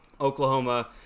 Oklahoma